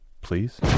please